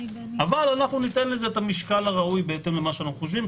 אבל אנחנו ניתן לזה את המשקל בהתאם למה שאנחנו חושבים,